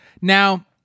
Now